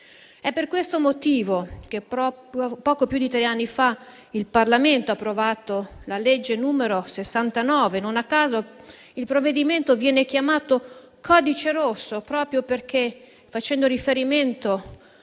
È per questo motivo che, poco più di tre anni fa, il Parlamento ha approvato la legge n. 69. Non a caso il provvedimento viene chiamato codice rosso proprio perché, facendo riferimento